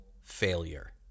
failure